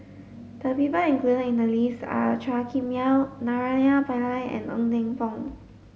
the people included in the list are Chua Kim Yeow Naraina Pillai and Ng Teng Fong